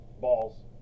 Balls